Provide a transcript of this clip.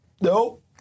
Nope